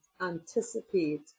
anticipate